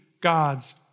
God's